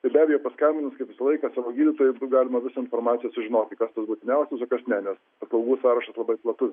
tai be abejo paskambinus kaip visą laiką savo gydytojui bus galima visą informaciją sužinoti kas tas būtiniausias o kas ne nes paslaugų sąrašas labai platus